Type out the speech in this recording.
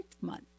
month